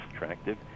attractive